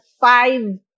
five